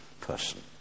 person